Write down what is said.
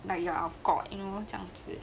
but you are our god you know 这样子